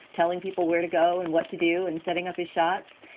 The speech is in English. telling people where to go and what to do and setting up his shots.